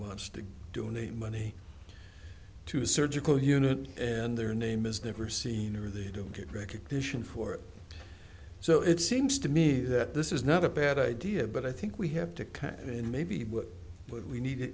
wants to donate money to a surgical unit and their name is never seen or they don't get recognition for it so it seems to me that this is not a bad idea but i think we have to kind of in maybe what we need to